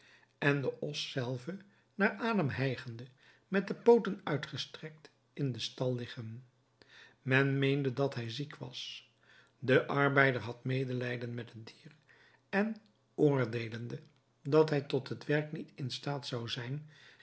en den os zelven naar adem hijgende met de pooten uitgestrekt in den stal liggen men meende dat hij ziek was de arbeider had medelijden met het dier en oordeelende dat hij tot het werk niet in staat zou zijn